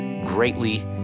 greatly